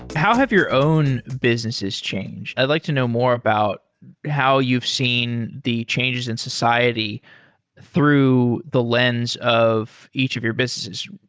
how have your own businesses changed? i'd like to know more about how you've seen the changes in society through the lens of each of your businesses.